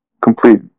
complete